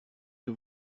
que